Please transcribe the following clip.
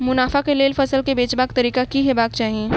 मुनाफा केँ लेल फसल केँ बेचबाक तरीका की हेबाक चाहि?